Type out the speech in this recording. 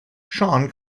shawn